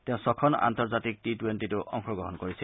তেওঁ ছখন আন্তৰ্জাতিক টী টূৱেণ্টীতো অংশগ্ৰহণ কৰিছিল